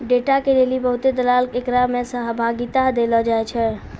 data के लेली बहुते दलाल एकरा मे सहभागिता देलो जाय छै